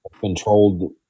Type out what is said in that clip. controlled